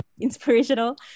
inspirational